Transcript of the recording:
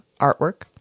artwork